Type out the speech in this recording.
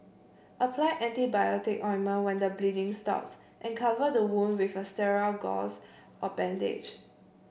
apply antibiotic ointment when the bleeding stops and cover the wound with a sterile gauze or bandage